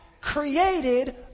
Created